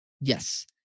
Yes